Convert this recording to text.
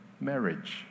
marriage